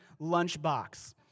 lunchbox